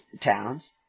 towns